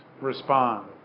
respond